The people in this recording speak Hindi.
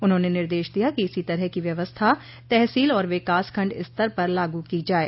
उन्होंने निर्देश दिया कि इसी तरह की व्यवस्था तहसील और विकासखण्ड स्तर पर लागू की जाये